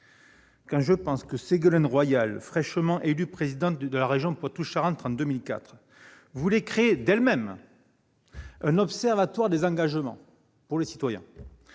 Quand je pense que, en 2004, Ségolène Royal, fraîchement élue présidente de la région Poitou-Charentes, voulait créer d'elle-même un « observatoire des engagements »! Celui-ci n'a